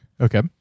Okay